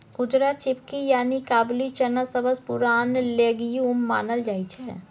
उजरा चिकपी यानी काबुली चना सबसँ पुरान लेग्युम मानल जाइ छै